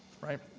right